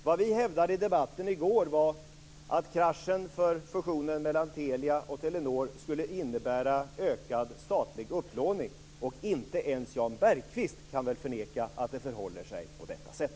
Vi hävdade i debatten att kraschen för fusionen mellan Telia och Telenor skulle innebära ökad statlig upplåning. Inte ens Jan Bergqvist kan väl förneka att det förhåller sig på detta sätt.